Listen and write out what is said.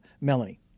Melanie